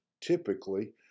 typically